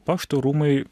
pašto rūmai